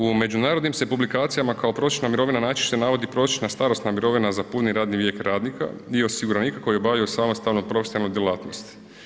U međunarodnim se publikacijama kao prosječna mirovina najčešće navodi prosječna starosna mirovina za puni radni vijek radnika i osiguranika koji obavljaju samostalno profesionalnu djelatnost.